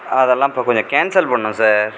அதெல்லாம் இப்போ கொஞ்சம் கேன்சல் பண்ணணும் சார்